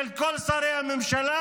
של כל שרי הממשלה,